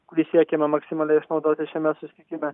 kurį siekiame maksimaliai išnaudoti šiame susitikime